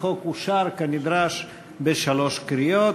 החוק אושר כנדרש בשלוש קריאות.